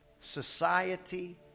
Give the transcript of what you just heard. society